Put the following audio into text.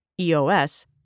EOS